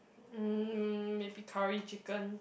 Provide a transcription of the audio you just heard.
mm maybe curry chicken